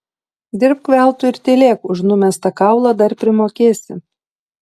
dirbk veltui ir tylėk už numestą kaulą dar primokėsi